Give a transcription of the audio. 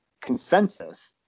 consensus